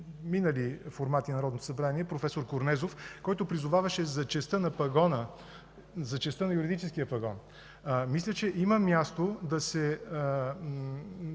формати на Народното събрание – проф. Корнезов, който призоваваше за честта на пагона, за честта на юридическия пагон. Мисля, че има място да се